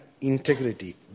integrity